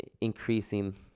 increasing